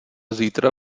zítra